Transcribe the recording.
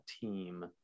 team